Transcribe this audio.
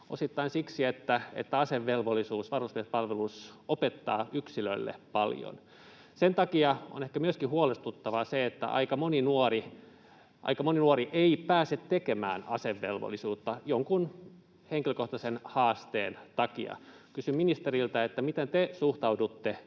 osittain siksi, että asevelvollisuus, varusmiespalvelus, opettaa yksilölle paljon. Sen takia on ehkä myöskin huolestuttavaa se, että aika moni nuori ei pääse tekemään asevelvollisuutta jonkun henkilökohtaisen haasteen takia. Kysyn ministeriltä: miten te suhtaudutte